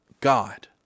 God